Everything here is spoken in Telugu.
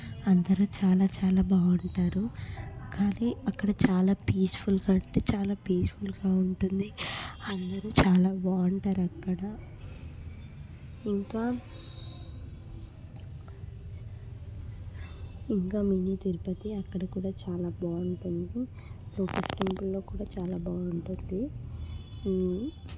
అందరూ చాలా చాలా బాగుంటారు కానీ అక్కడ చాలా పీస్ఫుల్గా అంటే చాలా పీస్ఫుల్గా ఉంటుంది అందరూ చాలా బాగుంటారు అక్కడ ఇంకా ఇంకా మినీ తిరుపతి అక్కడ కూడా చాలా బాగుంటుంది లోటస్ టెంపుల్లో కూడా చాలా బాగుంటుంది